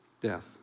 death